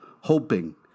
hoping